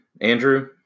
Andrew